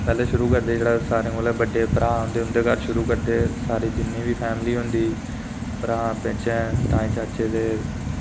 पैह्ले शुरु करदे बड्डे भ्रा हुंदे उंदे घरा कोला शुरु करदे सारी जिन्नी बी फैमिली होंदी भ्रा आपें बिचें ताए चाचे दे